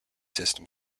system